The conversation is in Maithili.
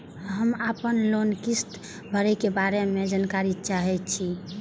हम आपन लोन किस्त भरै के बारे में जानकारी चाहै छी?